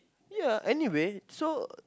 ya anyway so